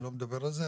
אני לא מדבר על זה,